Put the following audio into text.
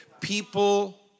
People